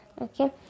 Okay